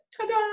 ta-da